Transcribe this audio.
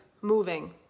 moving